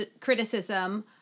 criticism